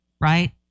right